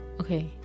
okay